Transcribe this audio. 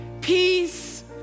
peace